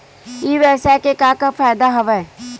ई व्यवसाय के का का फ़ायदा हवय?